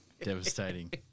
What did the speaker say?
devastating